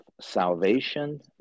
salvation